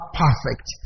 perfect